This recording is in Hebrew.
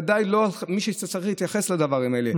ודאי שלא צריך להתייחס לדברים כאלה.